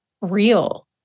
real